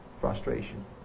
frustration